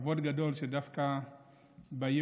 אני